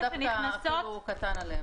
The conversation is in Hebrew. זה דווקא אפילו קטן עליהם.